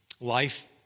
Life